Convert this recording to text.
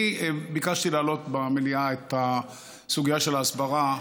אני ביקשתי להעלות במליאה את הסוגיה של ההסברה,